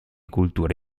cultura